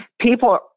people